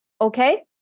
okay